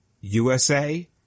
USA